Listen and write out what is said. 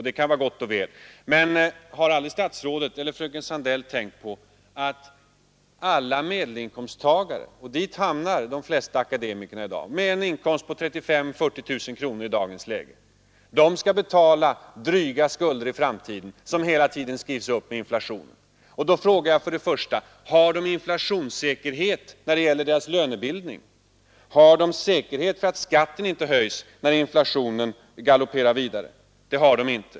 Det kan vara gott och väl, men har aldrig statsrådet eller fröken Sandell tänkt på att alla medelinkomsttagare — och i den gruppen hamnar de flesta akademiker i dag; de får i dagens läge en årsinkomst på 35 000—40 000 kronor — i framtiden skall betala dryga skulder som hela tiden skrivs upp med inflationen. Jag vill fråga: Har de inflationssäkerhet när det gäller lönebildningen? Har de säkerhet för att skatten inte höjs när inflationen galopperar vidare? Det har de inte.